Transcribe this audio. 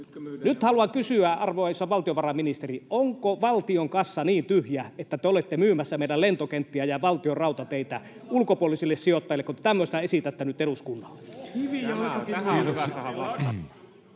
Nyt haluan kysyä, arvoisa valtiovarainministeri: Onko valtion kassa niin tyhjä, että te olette myymässä meidän lentokenttiä ja Valtionrautateitä ulkopuolisille sijoittajille, kun te tämmöistä esitätte nyt eduskunnalle?